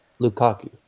Lukaku